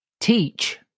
teach